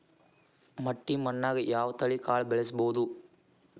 ಮಟ್ಟಿ ಮಣ್ಣಾಗ್, ಯಾವ ತಳಿ ಕಾಳ ಬೆಳ್ಸಬೋದು?